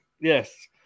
Yes